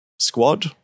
Squad